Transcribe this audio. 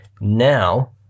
Now